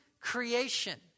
creation